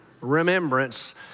remembrance